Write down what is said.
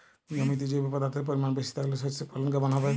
জমিতে জৈব পদার্থের পরিমাণ বেশি থাকলে শস্যর ফলন কেমন হবে?